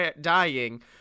dying